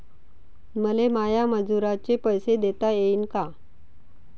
मले माया मजुराचे पैसे देता येईन का?